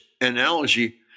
analogy